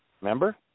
Remember